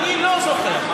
אני לא זוכר,